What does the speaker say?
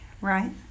right